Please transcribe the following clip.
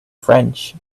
french